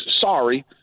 sorry –